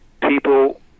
people